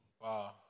Wow